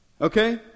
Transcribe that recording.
Okay